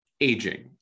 aging